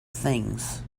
things